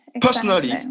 Personally